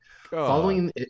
following